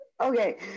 okay